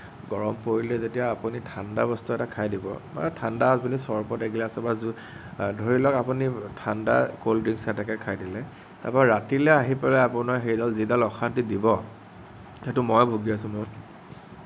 গৰম পৰিলে তেতিয়া আপুনি ঠাণ্ডা বস্তু এটা খাই দিব বা ঠাণ্ডা আপুনি চৰবত এগিলাছ বা জুচ ধৰি লওঁক আপুনি ঠাণ্ডা ক'ল্ডড্ৰিক্স এটাকে খাই দিলে তাৰপৰা ৰাতিলে আহি পেলাই আপোনাৰ সেইডাল যিডাল অশান্তি দিব সেইটো মই ভুগী আছোঁ